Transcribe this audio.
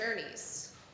journeys